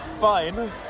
Fine